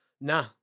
nah